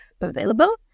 available